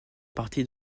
partie